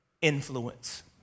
Influence